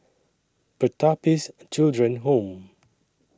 Pertapis Children Home